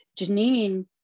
Janine